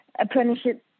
apprenticeship